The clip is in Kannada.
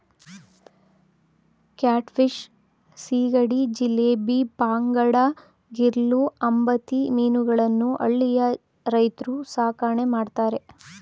ಕ್ಯಾಟ್ ಫಿಶ್, ಸೀಗಡಿ, ಜಿಲೇಬಿ, ಬಾಂಗಡಾ, ಗಿರ್ಲೂ, ಅಂಬತಿ ಮೀನುಗಳನ್ನು ಹಳ್ಳಿಯ ರೈತ್ರು ಸಾಕಣೆ ಮಾಡ್ತರೆ